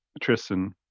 Tristan